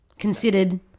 considered